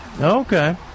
Okay